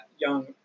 Young